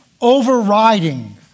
overriding